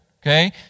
Okay